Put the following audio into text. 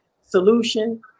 solution